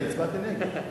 אני הצבעתי נגד.